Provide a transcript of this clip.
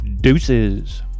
Deuces